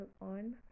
on